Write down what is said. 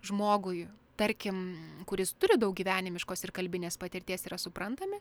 žmogui tarkim kuris turi daug gyvenimiškos ir kalbinės patirties yra suprantami